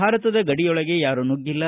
ಭಾರತದ ಗಡಿಯೊಳಗೆ ಯಾರೂ ನುಗ್ಗಿಲ್ಲ